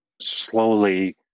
slowly